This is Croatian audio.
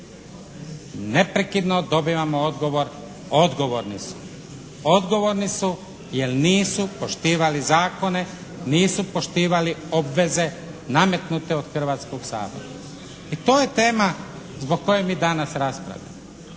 neprekidno dobivamo odgovor odgovorni su, odgovorni su jer nisu poštivali zakone, nisu poštivali obveze nametnute od Hrvatskog sabora i to je tema zbog koje mi danas raspravljamo.